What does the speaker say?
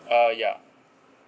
uh ya